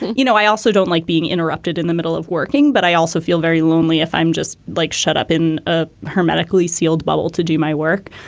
you know, i also don't like being interrupted in the middle of working. but i also feel very lonely if i'm just like shut up in a hermetically sealed bubble to do my work.